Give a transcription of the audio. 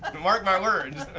ah mark my words.